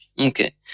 Okay